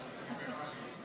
סטרוק,